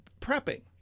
prepping